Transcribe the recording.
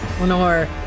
Lenore